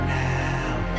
now